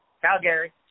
Calgary